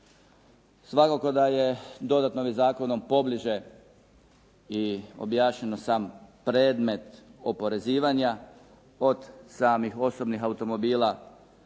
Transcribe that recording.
Svakako da je dodatno ovim zakonom pobliže i objašnjen sam predmet oporezivanja od samih osobnih automobila,